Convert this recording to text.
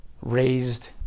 raised